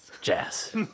jazz